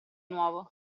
nuovo